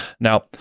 Now